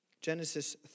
Genesis